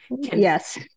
Yes